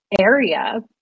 area